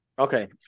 Okay